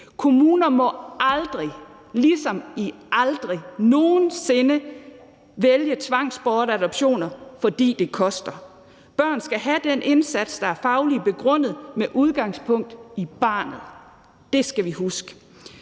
Kommuner må aldrig, som i aldrig nogen sinde, vælge tvangsbortadoptioner, fordi de kan spare omkostninger. Børn skal have en indsats, der er fagligt begrundet, med udgangspunkt i barnets tarv. Det skal vi huske.